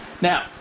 Now